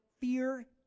fear